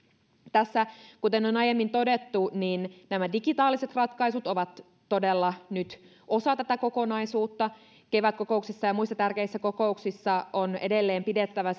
kuten on aiemmin todettu niin nämä digitaaliset ratkaisut ovat todella nyt osa tätä kokonaisuutta kevätkokouksissa ja muissa tärkeissä kokouksissa on edelleen pidettävä